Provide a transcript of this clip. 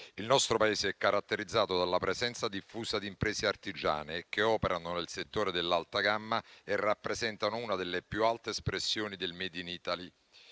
Il nostro Paese è caratterizzato dalla presenza diffusa di imprese artigiane che operano nel settore dell'alta gamma e rappresentano una delle più alte espressioni del *made in Italy*.